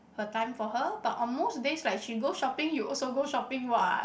her time for her but on most days like she go shopping you also go shopping what